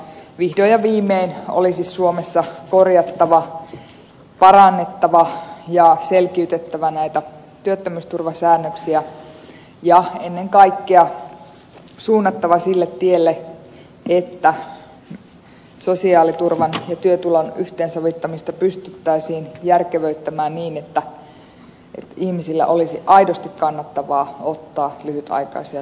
vihdoin ja viimein olisi suomessa korjattava parannettava ja selkiytettävä näitä työttömyysturvasäännöksiä ja ennen kaikkea suunnattava sille tielle että sosiaaliturvan ja työtulon yhteensovittamista pystyttäisiin järkevöittämään niin että ihmisten olisi aidosti kannattavaa ottaa lyhytaikaisia töitä vastaan